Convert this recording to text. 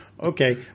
Okay